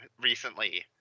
recently